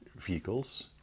vehicles